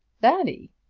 daddy!